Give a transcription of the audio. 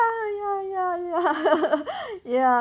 ya ya ya ya